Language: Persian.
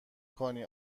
کنی